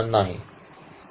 स्पष्ट